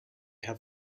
have